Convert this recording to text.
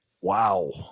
Wow